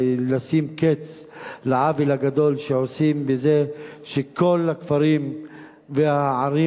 ולשים קץ לעוול הגדול שעושים בזה שכל הכפרים והערים